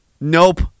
Nope